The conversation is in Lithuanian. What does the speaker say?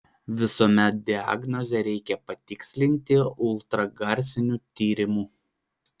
visuomet diagnozę reikia patikslinti ultragarsiniu tyrimu